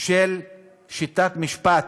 של שיטת משפט